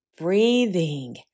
breathing